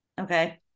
okay